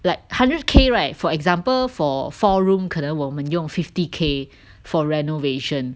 like hundred K right for example for four room 可能我们用 fifty K for renovation